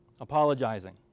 apologizing